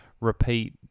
repeat